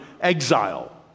exile